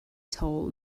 tall